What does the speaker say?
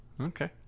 Okay